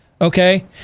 okay